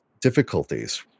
difficulties